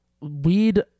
weed